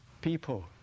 people